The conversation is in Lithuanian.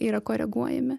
yra koreguojami